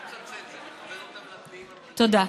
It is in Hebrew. תודה,